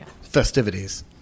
festivities